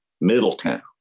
Middletown